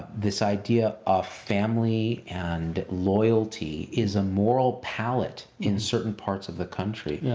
this idea of family and loyalty is a moral pallet in certain parts of the country. yeah